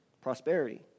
prosperity